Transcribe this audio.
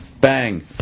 Bang